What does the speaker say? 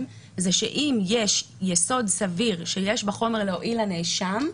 זה שאם יש יסוד סביר שיש בחומר להועיל לנאשם,